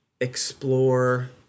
explore